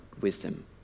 wisdom